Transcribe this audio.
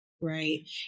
Right